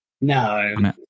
No